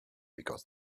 because